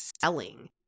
selling